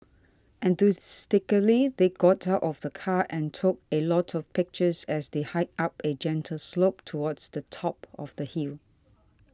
enthusiastically they got out of the car and took a lot of pictures as they hiked up a gentle slope towards the top of the hill